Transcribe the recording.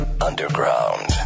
Underground